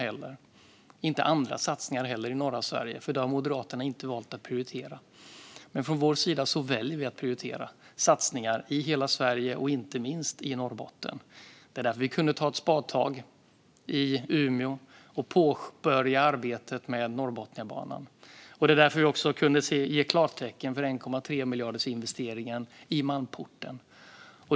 Vi hade inte haft några andra satsningar heller i norra Sverige, för det har Moderaterna inte valt att prioritera. Från vår sida väljer vi att prioritera satsningar i hela Sverige och inte minst i Norrbotten. Det var därför vi kunde ta ett spadtag i Umeå och påbörja arbetet med Norrbotniabanan. Det var också därför vi kunde ge klartecken för 1,3-miljardersinvesteringen i Malmporten.